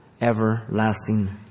everlasting